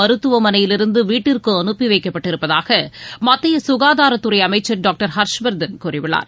மருத்துவமனையிலிருந்து வீட்டிற்கு அனுப்பி வைக்கப்பட்டிருப்பதாக மத்திய சுகாதாரத்துறை அமைச்சர் டாக்டர் ஹர்ஷ்வர்தன் கூறியுள்ளார்